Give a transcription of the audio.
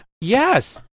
yes